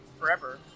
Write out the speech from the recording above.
forever